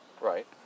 Right